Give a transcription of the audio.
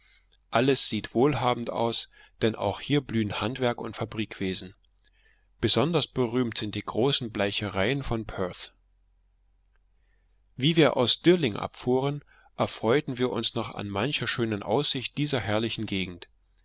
alles sieht wohlhabend aus denn auch hier blühen handel und fabrikwesen besonders berühmt sind die großen bleichereien von perth wie wir aus stirling abfuhren erfreuten wir uns noch an mancher schönen aussicht dieser herrlichen gegend